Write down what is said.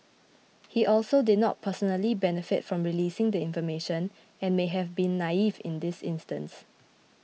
he also did not personally benefit from releasing the information and may have been naive in this instance